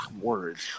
words